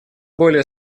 более